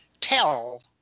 Tell